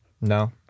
No